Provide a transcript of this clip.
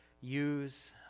use